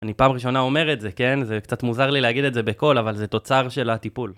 אני פעם ראשונה אומר את זה, כן? זה קצת מוזר לי להגיד את זה בקול, אבל זה תוצר של הטיפול.